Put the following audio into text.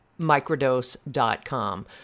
microdose.com